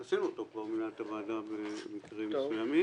כבר עשינו אותו במליאת הוועדה במקרים מסוימים.